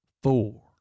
Four